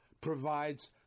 provides